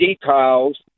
details